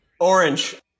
Orange